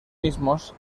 mismos